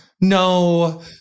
no